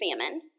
famine